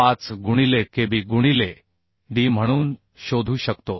5 गुणिले KB गुणिले d म्हणून शोधू शकतो